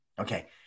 Okay